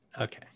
Okay